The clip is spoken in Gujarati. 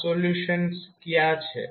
આ સોલ્યુશન્સ ક્યા છે